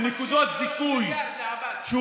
ונתנו 53 מיליארד לעבאס, זה מה שעשיתם.